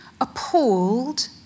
appalled